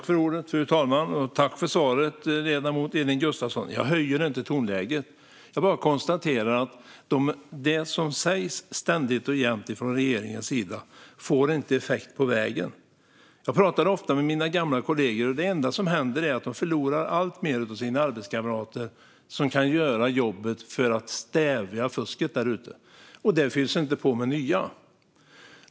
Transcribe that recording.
Fru talman! Tack för svaret, ledamoten Elin Gustafsson! Jag höjer inte tonläget. Jag bara konstaterar att det som ständigt och jämt sägs från regeringens sida inte får effekt på vägen. Jag pratar ofta med mina gamla kollegor, och det enda som händer är att de förlorar allt fler av sina arbetskamrater som kan göra jobbet för att stävja fusket där ute. Det fylls inte på med nya.